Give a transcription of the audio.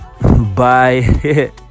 bye